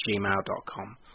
gmail.com